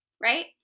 right